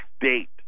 date